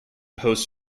posts